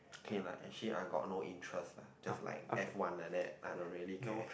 okay lah actually I got no interest lah just like F-one like that I don't really care